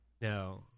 No